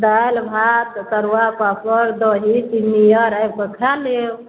दालि भात तरुआ पापड़ दही चिन्नी आर आबि कऽ खा लेब